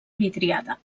vidriada